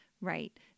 right